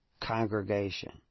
congregation